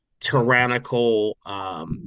tyrannical